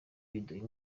biduha